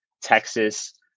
Texas